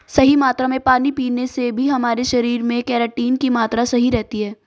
सही मात्रा में पानी पीने से भी हमारे शरीर में केराटिन की मात्रा सही रहती है